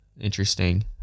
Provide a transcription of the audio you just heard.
interesting